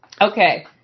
Okay